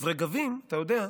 אז רגבים, אתה יודע,